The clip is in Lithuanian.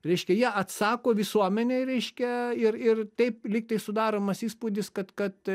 reiškia jie atsako visuomenei reiškia ir ir taip lyg tai sudaromas įspūdis kad kad